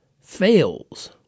fails